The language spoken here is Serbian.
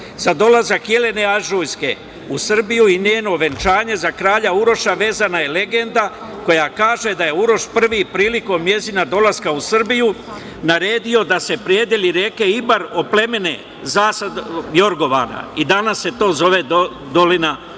dolazak Jelene Anžujske u Srbiju i njeno venčanje za kralja Uroša vezana je legenda koja kaže da je Uroš I prilikom njenog dolaska u Srbiju naredio da se predeli reke Ibar oplemene zasadom jorgovana i danas se to zove „Dolina